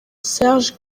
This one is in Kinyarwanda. serge